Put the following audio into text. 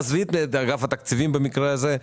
עזבי את אגף התקציבים במקרה הזה.